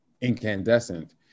incandescent